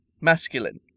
Masculine